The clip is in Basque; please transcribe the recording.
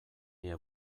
die